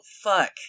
fuck